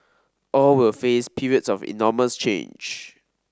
all will face periods of enormous change